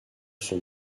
son